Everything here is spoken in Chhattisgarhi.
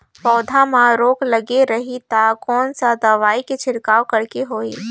पौध मां रोग लगे रही ता कोन सा दवाई के छिड़काव करेके होही?